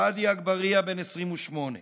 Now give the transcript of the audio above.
שאדי אגבריה, בן 28,